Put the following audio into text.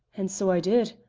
and so i did.